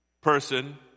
person